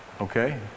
Okay